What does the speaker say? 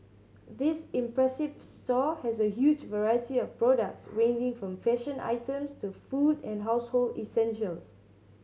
this impressive store has a huge variety of products ranging from fashion items to food and household essentials